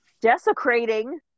desecrating